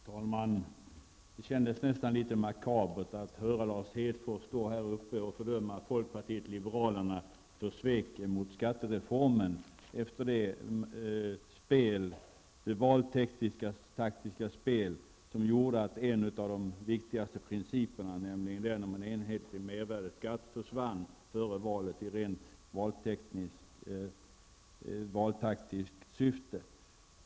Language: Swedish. Fru talman! Det kändes nästan litet makabert att höra Lars Hedfors stå här och fördöma folkpartiet liberalerna för svek mot skattereformen efter socialdemokraternas valtaktiska spel som gjorde att en av de viktigaste principerna, nämligen den om en enhetlig mervärdeskatt, försvann före valet.